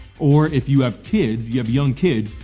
or if you have kids, you have young kids,